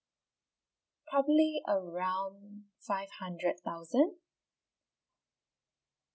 probably around five hundred thousand